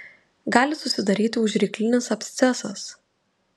gali susidaryti užryklinis abscesas